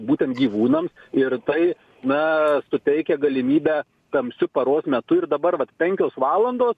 būtent gyvūnams ir tai na suteikia galimybę tamsiu paros metu ir dabar vat penkios valandos